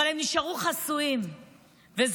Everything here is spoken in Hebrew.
אבל הן נשארו חסויות וסגורות.